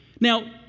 Now